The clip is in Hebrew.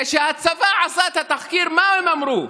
כשהצבא עשה את התחקיר, מה הם אמרו?